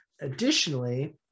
Additionally